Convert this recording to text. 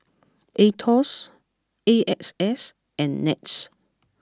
Aetos A X S and Nets